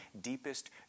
deepest